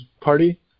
party